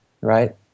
right